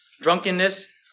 drunkenness